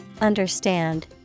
understand